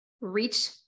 reach